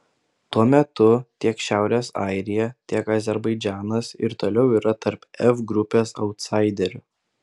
tuo metu tiek šiaurės airija tiek azerbaidžanas ir toliau yra tarp f grupės autsaiderių